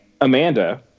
Amanda